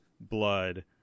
blood